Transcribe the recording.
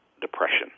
depression